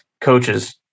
coaches